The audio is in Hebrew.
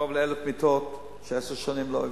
קרוב ל-1,000 מיטות, שעשר שנים לא הביאו,